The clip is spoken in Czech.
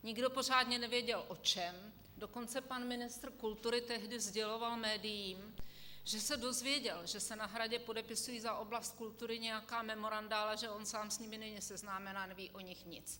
Nikdo pořádně nevěděl o čem, dokonce pan ministr kultury tehdy sděloval médiím, že se dozvěděl, že se na Hradě podepisují za oblast kultury nějaká memoranda, ale že on sám s nimi není seznámen a neví o nich nic.